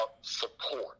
support